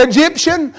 Egyptian